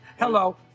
Hello